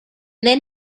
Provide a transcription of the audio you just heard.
then